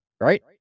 right